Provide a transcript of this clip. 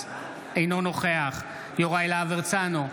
אינו נוכח יוראי להב הרצנו,